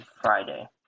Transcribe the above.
Friday